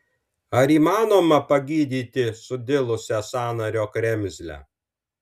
ar įmanoma pagydyti sudilusią sąnario kremzlę